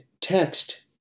text